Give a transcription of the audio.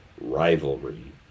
rivalry